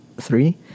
three